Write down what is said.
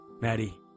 Maddie